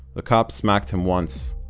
the cop smacked him once,